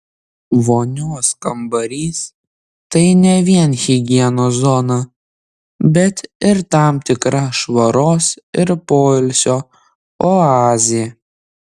vonios kambarys tai ne vien higienos zona bet ir tam tikra švaros ir poilsio oazė